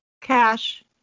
Cash